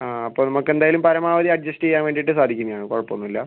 ആ അപ്പം നമുക്ക് എന്തായാലും പരമാവധി അഡ്ജസ്റ്റ് ചെയ്യാൻ വേണ്ടിയിട്ട് സാധിക്കുന്നത് ആണ് കുഴപ്പം ഒന്നും ഇല്ല